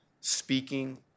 speaking